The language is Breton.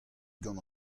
gant